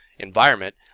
environment